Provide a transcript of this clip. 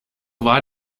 war